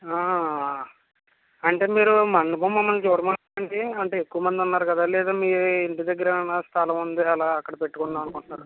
అంటే మీరు మండపం మమ్మల్ని చూడమంటారా అండి అంటే ఎక్కువ మంది ఉన్నారు లేదా మీ ఇంటి దగ్గర ఏమన్నా స్థలముందా అలా అక్కడ పెట్టుకుందాం అనుకుంటున్నారా